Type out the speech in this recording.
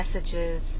messages